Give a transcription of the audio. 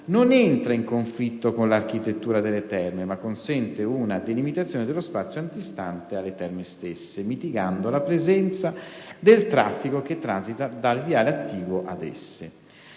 non entra in conflitto con l'architettura delle terme, ma consente una delimitazione dello spazio antistante alle terme stesse, mitigando la presenza del traffico che transita dal viale attiguo ad esse.